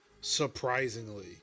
Surprisingly